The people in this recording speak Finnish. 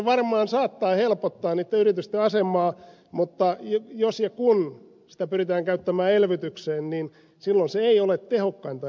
kyllä se varmaan saattaa helpottaa niitten yritysten asemaa mutta jos ja kun sitä pyritään käyttämään elvytykseen niin silloin se ei ole tehokkainta elvytyspolitiikkaa